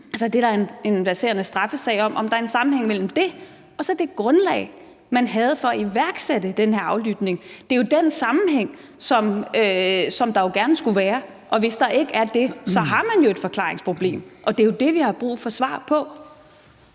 det, som man endte med at føre sag om, altså det, der er en verserende straffesag om, og så det grundlag, man havde for at iværksætte den her aflytning? Det er den sammenhæng, der gerne skulle være, og hvis der ikke er det, har man jo et forklaringsproblem, og det er det, vi har brug for svar på.